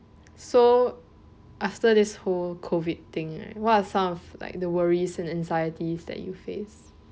so after this whole COVID thing right what are some of like the worries and anxieties that you face